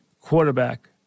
quarterback